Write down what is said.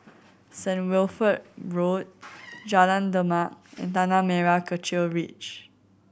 Saint Wilfred Road Jalan Demak and Tanah Merah Kechil Ridge